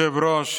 אדוני היושב-ראש,